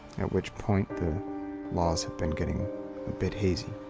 at which point the laws have been getting a bit hazy.